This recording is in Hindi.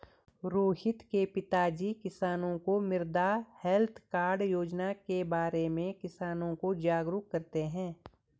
रोहित के पिताजी किसानों को मृदा हैल्थ कार्ड योजना के बारे में किसानों को जागरूक करते हैं